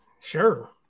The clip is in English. Sure